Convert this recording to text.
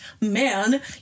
man